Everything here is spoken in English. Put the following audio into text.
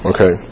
Okay